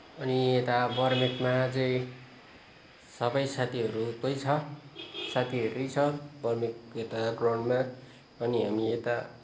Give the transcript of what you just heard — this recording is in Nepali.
अनि यता बर्मेकमा चाहिँ सबै साथीहरूकै छ साथीहरू नै छ बर्मिक यता ग्राउन्डमा अनि हामी यता